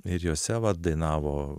ir jose va dainavo